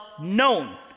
known